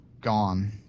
gone